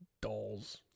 dolls